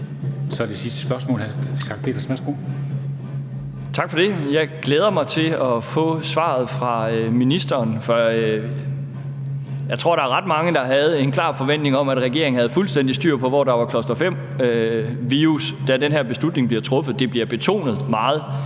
Schack Pedersen (V): Tak for det. Jeg glæder mig til at få svaret fra ministeren, for jeg tror, der er ret mange, der havde en klar forventning om, at regeringen havde fuldstændig styr på, hvor der var cluster-5-virus, da den her beslutning blev truffet. Det bliver betonet meget